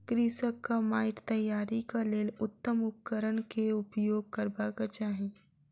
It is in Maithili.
कृषकक माइट तैयारीक लेल उत्तम उपकरण केउपयोग करबाक चाही